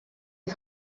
est